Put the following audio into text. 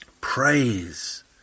praise